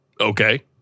Okay